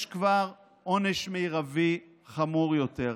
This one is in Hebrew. יש כבר עונש מרבי חמור יותר.